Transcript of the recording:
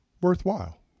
worthwhile